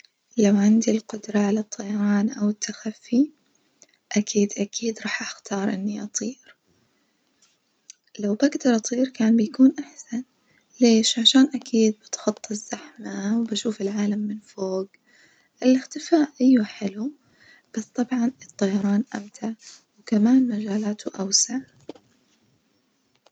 لو عندي القدرة على الطيران أو التخفي أكيد أكيد راح أختار إني أطير، لو بجدر أطير كان بيكون أحسن، ليش؟ عشان أكيد بتخطى الزحمة وبشوف العالم من فوج، الإختفاء أيوة حلو بس طبعًا الطيران أمتع وكمان مجالاته أوسع.